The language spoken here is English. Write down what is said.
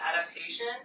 adaptation